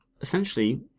essentially